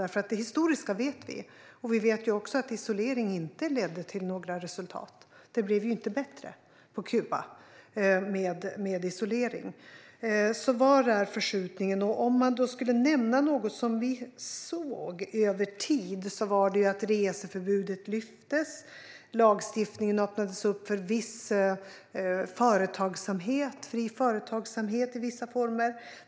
Det historiska vet vi ju, och vi vet också att isolering inte ledde till några resultat. Det blev inte bättre på Kuba. Så var är förskjutningen? Om man skulle nämna något som vi sett över tid är det att reseförbudet har lyfts och lagstiftningen har öppnats för vissa former av fri företagsamhet.